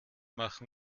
machen